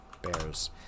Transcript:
Bears